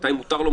מתי מותר לו,